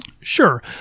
Sure